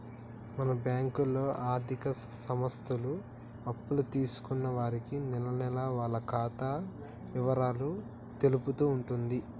మన బ్యాంకులో ఆర్థిక సంస్థలు అప్పులు తీసుకున్న వారికి నెలనెలా వాళ్ల ఖాతా ఇవరాలు తెలుపుతూ ఉంటుంది